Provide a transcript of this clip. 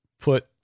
put